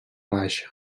baixa